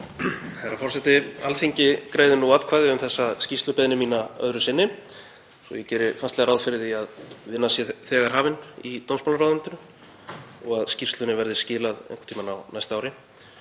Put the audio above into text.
Herra forseti. Alþingi greiðir nú atkvæði um þessa skýrslubeiðni mína öðru sinni svo að ég geri fastlega ráð fyrir því að vinna sé þegar hafin í dómsmálaráðuneytinu og að skýrslunni verði skilað einhvern tímann á næsta ári.